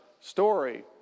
story